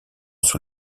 sur